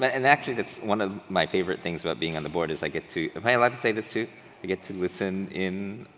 but and actually, it's one of my favorite things about being on the board is i get to, am i allowed to say this too? i get to listen in.